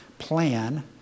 plan